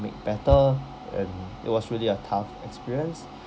make better and it was really a tough experience